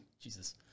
Jesus